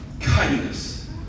kindness